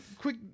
quick